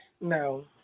No